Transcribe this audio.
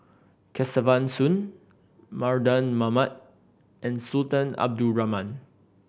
Kesavan Soon Mardan Mamat and Sultan Abdul Rahman